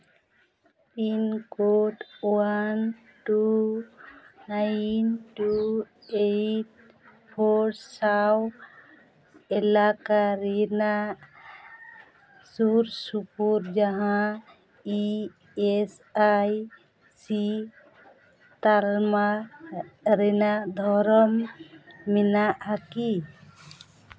pin code one two nine two eight four ᱥᱟᱶ ᱮᱞᱟᱠᱟ ᱨᱮᱱᱟᱜ ᱥᱩᱨ ᱥᱩᱯᱩᱨ ᱡᱟᱦᱟᱸ ᱤ ᱮᱥ ᱟᱭ ᱥᱤ ᱛᱟᱞᱢᱟ ᱨᱮᱱᱟᱜ ᱫᱷᱚᱨᱚᱱ ᱢᱮᱱᱟᱜᱼᱟ ᱠᱤ